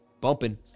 bumping